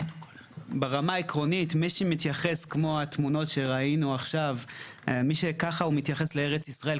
ברמה העקרונית - כמו התמונות שראינו עכשיו - מי שכך מתייחס לארץ-ישראל,